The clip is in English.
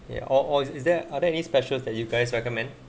ya or or is there are there any special that you guys recommend